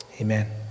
Amen